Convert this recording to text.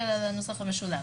דיגיטליות ותעודות המחלים.